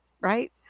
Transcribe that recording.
Right